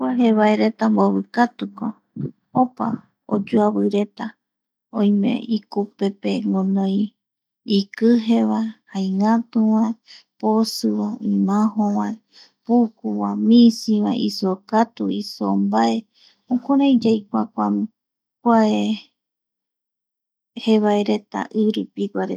Kua jevaeretambovikatuko, opa oyoavireta oime ikupepee guinoi ikijevae, jaingatuva, posivae, imajivae, pukuva, misivae, isokatu, isombae jokurai yaikua kua (pausa) kuae jevaereta irupiguareta.